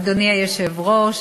אדוני היושב-ראש,